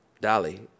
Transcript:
Dolly